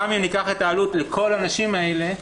גם אם ניקח את העלות לכל הנשים האלה,